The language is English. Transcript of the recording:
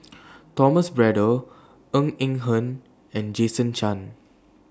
Thomas Braddell Ng Eng Hen and Jason Chan